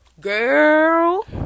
girl